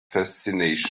fascination